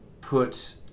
put